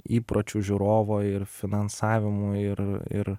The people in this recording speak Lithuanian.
įpročių žiūrovo ir finansavimų ir ir